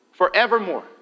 forevermore